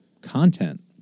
content